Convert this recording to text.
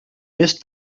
més